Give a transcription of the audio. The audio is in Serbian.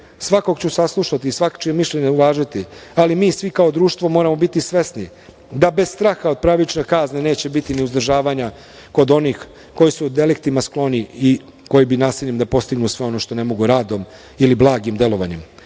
Svakoga ću saslušati i svačije mišljenje uvažiti, ali mi svi kao društvo moramo biti svesni da bez straha od pravične kazne neće biti ni uzdržavanja kod onih koji su deliktima skloni i koji bi nasiljem da postignu sve ono što ne mogu radom ili blagim delovanjem. Zato